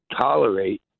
tolerate